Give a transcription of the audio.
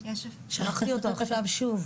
קשקשת, קשקשת, קשקשת - וכלום לא נעשה.